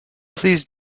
please